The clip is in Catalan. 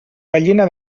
gallina